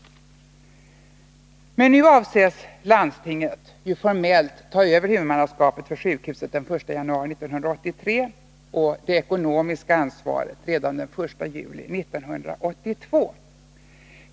Avsikten är nu att landstinget formellt skall ta över huvudmannaskapet för Nr 54 sjukhuset den 1 januari 1983 och det ekonomiska ansvaret redan den 1 juli Onsdagen den 1982.